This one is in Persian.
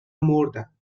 مردم